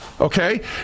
Okay